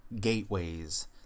gateways